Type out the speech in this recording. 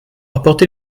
apporté